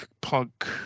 punk